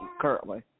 currently